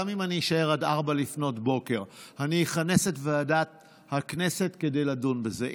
גם אם אני אישאר עד 04:00. אני אכנס את ועדת הכנסת כדי לדון בזה.